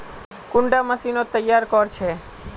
कुंडा मशीनोत तैयार कोर छै?